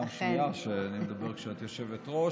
פעם שנייה שאני מדבר כשאת יושבת-ראש,